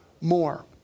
more